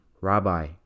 Rabbi